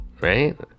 right